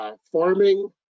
farming